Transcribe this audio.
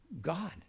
God